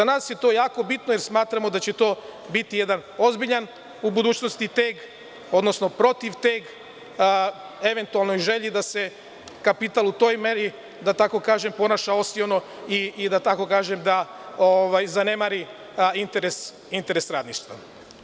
Za nas je to jako bitno jer smatramo da će to biti jedan ozbiljan teg u budućnosti, odnosno protiv teg eventualnoj želji da se kapital u toj meri, da tako kažem, ponaša osiono i da, tako kažem, zanemari interes radništva.